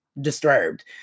disturbed